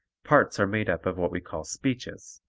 parts are made up of what we call speeches.